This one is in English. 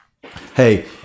hey